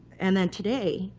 and then today,